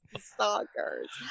stalkers